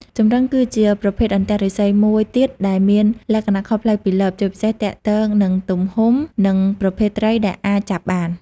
ចម្រឹង គឺជាប្រភេទអន្ទាក់ឫស្សីមួយទៀតដែលមានលក្ខណៈខុសប្លែកពីលប ជាពិសេសទាក់ទងនឹងទំហំ និងប្រភេទត្រីដែលអាចចាប់បាន។